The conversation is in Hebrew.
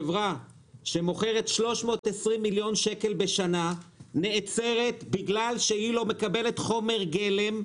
חברה שמוכרת 320 מיליון שקל בשנה נעצרת בגלל שהיא לא מקבלת חומר גלם.